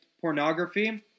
pornography